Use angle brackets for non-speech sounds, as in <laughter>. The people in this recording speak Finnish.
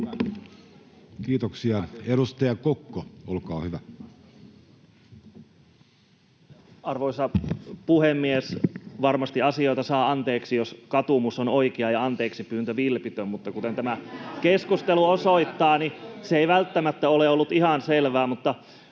Kiitoksia. — Edustaja Kokko, olkaa hyvä. Arvoisa puhemies! Varmasti asioita saa anteeksi, jos katumus on oikea ja anteeksipyyntö vilpitön, <noise> mutta kuten tämä keskustelu osoittaa, se ei välttämättä ole ollut ihan selvää.